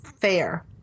Fair